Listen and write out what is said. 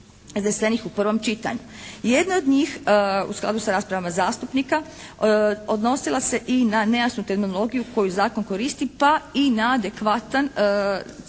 u prvom čitanju. Jedna od njih u skladu sa raspravama zastupnika odnosila se i na nejasnu terminologiju koju zakon koristi, pa i na adekvatan sam naziv